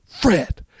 fred